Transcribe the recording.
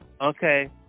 Okay